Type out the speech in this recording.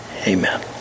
Amen